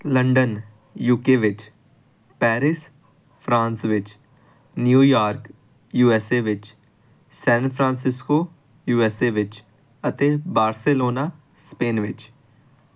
London U K ਵਿੱਚ Paris France ਵਿੱਚ New York U S A ਵਿੱਚ San Francisco U S A ਵਿੱਚ ਅਤੇ ਬਾਰਸੇਲੋਨਾ ਸਪੇਨ ਵਿੱਚ